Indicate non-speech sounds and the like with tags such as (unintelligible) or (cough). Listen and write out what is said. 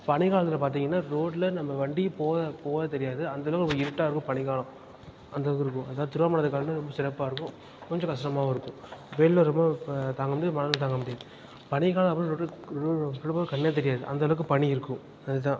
பனிக்காலத்தில் பார்த்திங்கன்னா ரோட்டில நம்ம வண்டி போகிற போகிறதே தெரியாது அந்தளவு நமக்கு இருட்டாக இருக்கும் பனிக்காலம் அந்தமாதிரி இருக்கும் அதுமாதிரி திருவாரூர் மாவட்டத்தோட காலநிலை ரொம்ப சிறப்பாக இருக்கும் கொஞ்சம் கஷ்டமாகவும் இருக்கும் வெயில் நேரமும் தாங்கமுடியாது மழையும் தாங்கமுடியாது பனிக்காலம் அப்படின்னு (unintelligible) சில பேருக்கு கண்ணே தெரியாது அந்தளவுக்கு பனி இருக்கும் அதுதான்